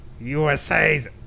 USA's